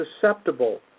susceptible